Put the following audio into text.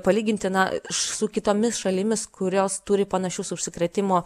palyginti na su kitomis šalimis kurios turi panašius užsikrėtimo